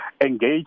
engage